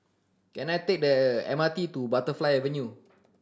can I take the M R T to Butterfly Avenue